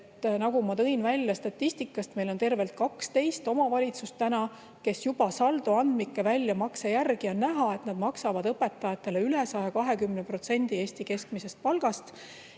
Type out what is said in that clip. Nagu ma tõin välja statistikast, meil on tervelt 12 omavalitsust, kes – juba saldoandmike väljamakse järgi on näha – maksavad õpetajatele üle 120% Eesti keskmisest palgast.